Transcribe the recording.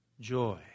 joy